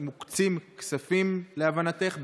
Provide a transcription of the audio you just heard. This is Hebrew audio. מוקצים כספים, להבנתך?